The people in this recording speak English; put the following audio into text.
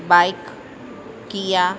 bike Kia